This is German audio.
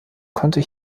konnte